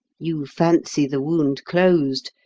you fancy the wound closed,